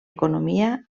economia